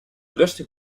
rustig